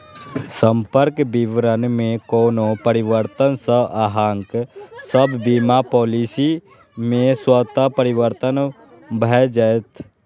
संपर्क विवरण मे कोनो परिवर्तन सं अहांक सभ बीमा पॉलिसी मे स्वतः परिवर्तन भए जाएत